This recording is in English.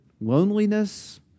loneliness